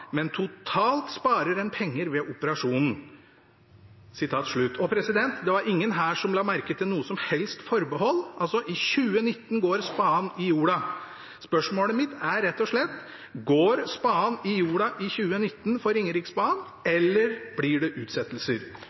men totalt sparer en penger ved operasjonen.» Det var ingen her som la merke til noe som helst forbehold – altså, i 2019 går spaden i jorda. Spørsmålet mitt er, rett og slett: Går spaden i jorda i 2019 for Ringeriksbanen, eller blir det utsettelser?